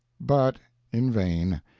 but in vain.